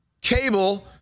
cable